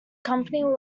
company